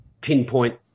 pinpoint